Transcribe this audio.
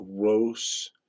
gross